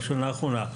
עכשיו, בשנה האחרונה.